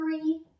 three